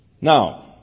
Now